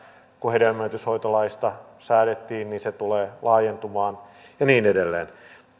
kun hedelmöityshoitolaista säädettiin niin se tulee laajentumaan ja niin edelleen